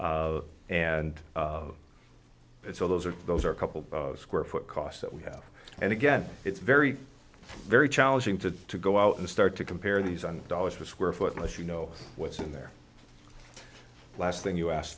and it's all those are those are a couple square foot cost that we have and again it's very very challenging to go out and start to compare these on dollars with square foot unless you know what's in there last thing you asked